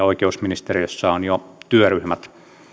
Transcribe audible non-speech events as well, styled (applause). (unintelligible) oikeusministeriössä on jo työryhmät